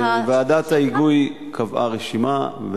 אמרתי שוועדת ההיגוי קבעה רשימה,